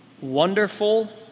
wonderful